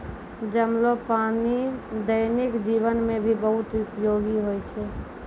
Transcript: जमलो पानी दैनिक जीवन मे भी बहुत उपयोगि होय छै